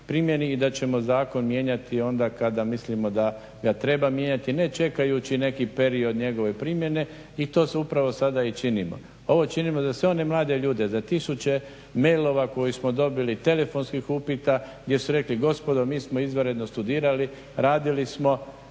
i da ćemo zakon mijenjati onda kada mislimo da ga treba mijenjati ne čekajući neki period njegove primjene i to upravo sada i činimo. Ovo činimo za sve one mlade ljude, za tisuće mailova koje smo dobili, telefonskih upita gdje su rekli gospodo mi smo izvanredno studirali, radili smo,